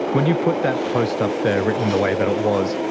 when you put that post up there written the way that it was,